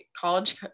college